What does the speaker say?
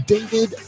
David